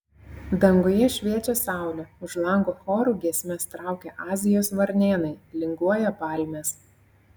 danguje šviečia saulė už lango choru giesmes traukia azijos varnėnai linguoja palmės